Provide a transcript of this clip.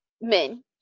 men